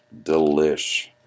Delish